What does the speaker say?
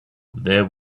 there